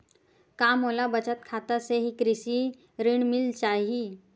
का मोला बचत खाता से ही कृषि ऋण मिल जाहि?